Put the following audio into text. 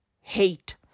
hate